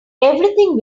everything